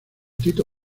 tito